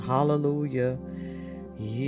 Hallelujah